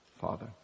Father